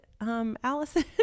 Allison